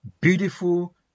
beautiful